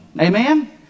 Amen